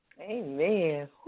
Amen